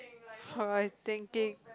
for my thinking